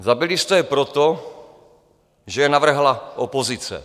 Zabili jste je proto, že je navrhla opozice.